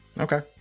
Okay